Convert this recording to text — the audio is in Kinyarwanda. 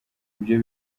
ibyo